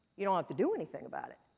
you don't have to do anything about it.